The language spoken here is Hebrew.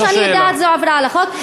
כמו שאני יודעת, זו עבירה על החוק.